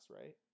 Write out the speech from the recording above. right